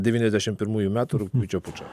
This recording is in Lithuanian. devyniasdešimt pirmųjų metų rugpjūčio pučą